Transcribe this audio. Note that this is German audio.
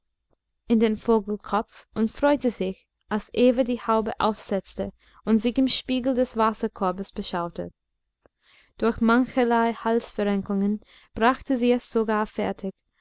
in den vogelkopf und freute sich als eva die haube aufsetzte und sich im spiegel des wasserkorbes beschaute durch mancherlei halsverrenkungen brachte sie es sogar fertig